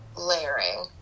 layering